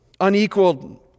unequaled